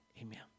Amen